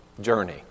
journey